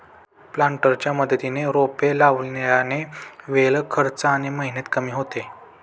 प्लांटरच्या मदतीने रोपे लावल्याने वेळ, खर्च आणि मेहनत कमी होते